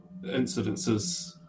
incidences